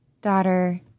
daughter